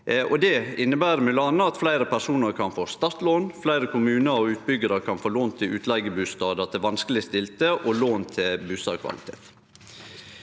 Det inneber m.a. at fleire personar kan få startlån, og fleire kommunar og utbyggjarar kan få lån til utleigebustader til vanskelegstilte og lån til bustadkvalitet.